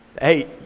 Hey